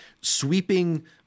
sweeping